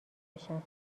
بشم